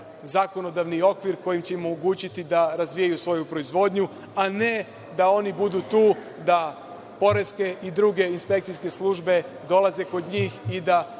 zakonodavni okvir koji će im omogućiti da razvijaju svoju proizvodnju, a ne da oni budu tu da poreske i druge inspekcijske službe dolaze kod njih i da